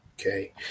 Okay